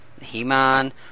He-Man